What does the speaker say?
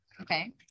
okay